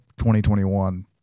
2021